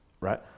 right